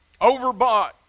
Overbought